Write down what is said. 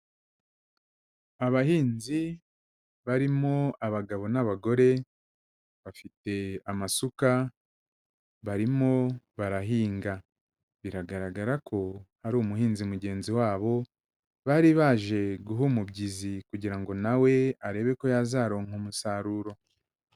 Abahinzi barimo abagabo n'abagore bafite amasuka barimo barahinga; biragaragara ko hari umuhinzi mugenzi wabo bari baje guha umubyizi, kugira ngo na we arebe ko yazaronka umusaruro.